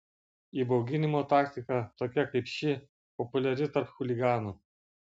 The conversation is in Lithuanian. įbauginimo taktika tokia kaip ši populiari tarp chuliganų